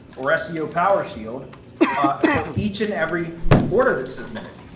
or seo power shield for each and every order that submitted.